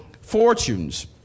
fortunes